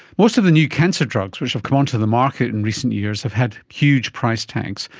most of the new cancer drugs which have come onto the market in recent years have had huge price tags,